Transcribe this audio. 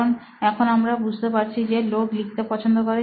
কারণ এখন আমরা বুঝতে পারছি যে লোক লিখতে পছন্দ করে